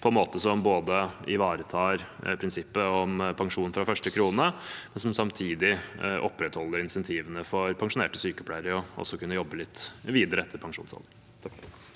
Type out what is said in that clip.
på en måte som ivaretar prinsippet om pensjon fra første krone, og som samtidig opprettholder insentivene for pensjonerte sykepleiere til å kunne jobbe litt videre etter pensjonsalderen.